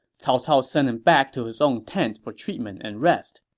cao cao sent him back to his own tent for treatment and rest.